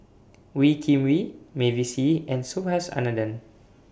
Wee Kim Wee Mavis Hee and Subhas Anandan